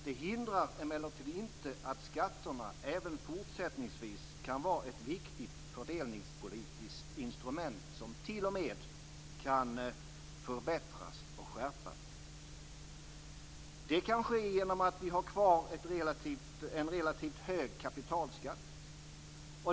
Det hindrar emellertid inte att skatterna även fortsättningsvis kan vara ett viktigt fördelningspolitiskt instrument som t.o.m. kan förbättras och skärpas. Det kan ske genom att vi har kvar en relativt hög kapitalskatt.